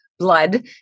blood